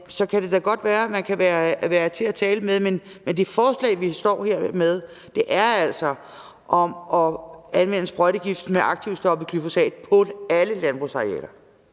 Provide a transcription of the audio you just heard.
så kan det da godt være, at man kan være til at tale med. Men det forslag, vi står med her, er altså om at anvende sprøjtegifte med aktivstoffet glyfosat på alle landbrugsarealer.